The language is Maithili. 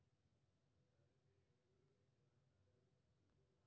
आयकर के गणना मूलतः कर्मचारी के सकल आय के आधार पर होइ छै